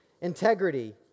integrity